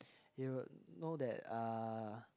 you'll know that uh